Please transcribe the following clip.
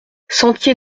sentier